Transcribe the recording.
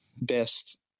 best